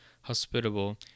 hospitable